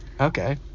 Okay